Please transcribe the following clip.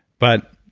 but